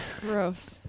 Gross